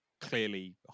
Clearly